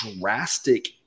drastic